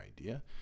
idea